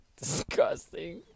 Disgusting